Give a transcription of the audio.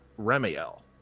Remyel